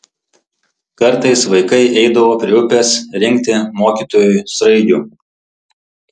kartais vaikai eidavo prie upės rinkti mokytojui sraigių